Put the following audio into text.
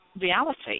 reality